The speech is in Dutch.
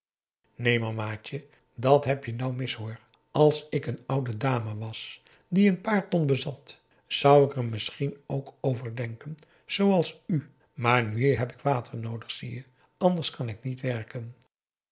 neen mamaatje dat heb je nou mis hoor als ik een oude dame was die een paar ton bezat zou ik er misschien ook over denken zooals u maar nu heb ik water noodig zie je anders kan ik niet werken